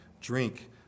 drink